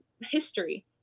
history